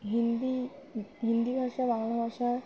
হিন্দি হিন্দি ভাষা বাংলা ভাষা